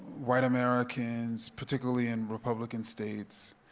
white americans, particularly in republican states,